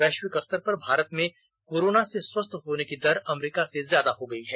वैश्विक स्तर पर भारत में कोरोना से स्वस्थ होने की दर अमरीका से ज्यादा हो गई है